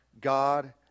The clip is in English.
God